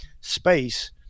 space